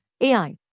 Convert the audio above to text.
AI